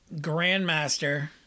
Grandmaster